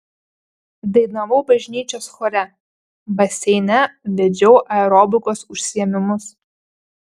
dainavau bažnyčios chore baseine vedžiau aerobikos užsiėmimus